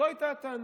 זאת הייתה הטענה.